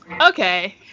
okay